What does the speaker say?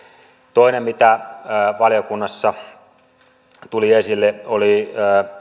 toinen mitä valiokunnassa tuli esille oli